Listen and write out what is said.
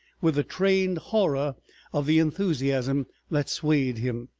with a trained horror of the enthusiasm that swayed him.